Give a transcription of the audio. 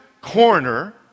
Corner